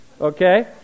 Okay